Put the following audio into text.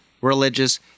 religious